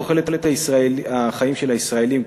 תוחלת החיים של הישראלים,